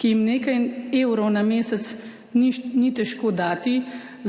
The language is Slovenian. ki jim nekaj evrov na mesec ni težko dati